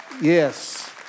Yes